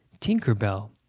Tinkerbell